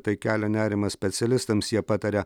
tai kelia nerimą specialistams jie pataria